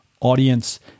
audience